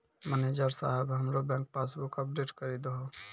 manager साहेब हमरो bank passbook update करि दहो